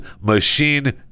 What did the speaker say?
machine